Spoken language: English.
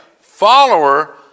follower